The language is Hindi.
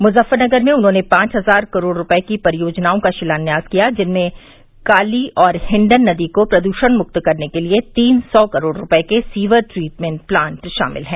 मुजफ्फरनगर में उन्होंने पांच हजार करोड़ रूपये की परियोजनाओं का शिलान्यास किया जिसमें काली और हिन्डन नदी को प्रदूषण मुक्त करने के लिये तीन सौ करोड़ रूपये के सीवर ट्रीटमेंट प्लांट शामिल हैं